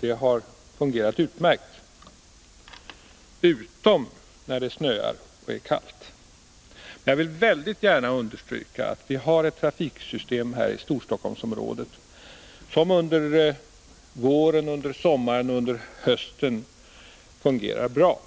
det här fungerar utmärkt, utom när det snöar och är kallt. Jag vill väldigt gärna understryka att vi har ett trafiksystem här i Storstockholmsområdet som under våren, under sommaren och under hösten fungerar bra.